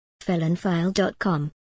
Felonfile.com